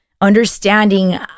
understanding